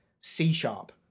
C-sharp